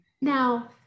Now